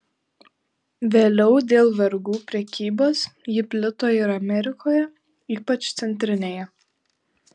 vėliau dėl vergų prekybos ji plito ir amerikoje ypač centrinėje